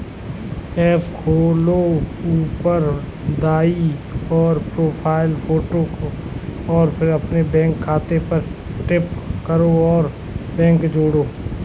app खोलो, ऊपर दाईं ओर, प्रोफ़ाइल फ़ोटो और फिर अपने बैंक खाते पर टैप करें और बैंक जोड़ें